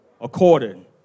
according